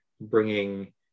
bringing